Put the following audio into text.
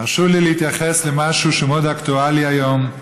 הרשו לי להתייחס למשהו שהוא מאוד אקטואלי היום,